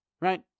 Right